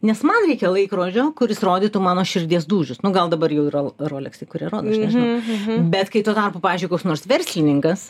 nes man reikia laikrodžio kuris rodytų mano širdies dūžius nu gal dabar jau yra roleksai kurie rodo aš nežinau bet kai tuo tarpu pavyzdžiui koks nors verslininkas